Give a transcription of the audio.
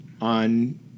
on